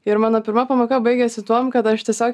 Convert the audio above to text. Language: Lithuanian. ir mano pirma pamoka baigėsi tuom kad aš tiesiog